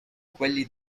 quelli